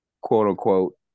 quote-unquote